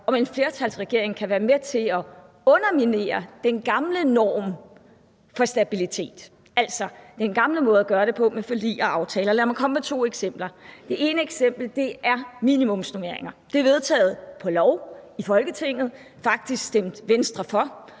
om en flertalsregering kan være med til at underminere den gamle norm for stabilitet, altså den gamle måde at gøre det på med forlig og aftaler. Lad mig komme med to eksempler. Det ene eksempel handler om minimumsnormeringer. Det er vedtaget ved lov i Folketinget, faktisk stemte Venstre for,